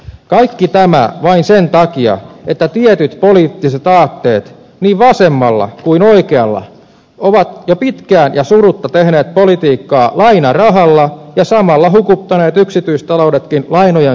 kaikki tämä vain sen takia että tietyt poliittiset aatteet niin vasemmalla kuin oikealla ovat jo pitkään ja surutta tehneet politiikkaa lainarahalla ja samalla hukuttaneet yksityistaloudetkin lainojen syvään suohon